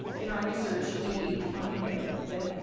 in our research, we find that the